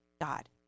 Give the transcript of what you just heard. God